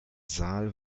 saal